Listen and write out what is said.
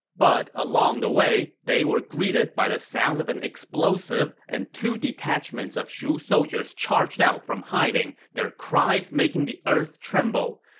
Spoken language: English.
but along the way, they were greeted by the sound of an explosive, and two detachments of shu soldiers charged out from hiding, their cries making the earth tremble.